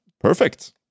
Perfect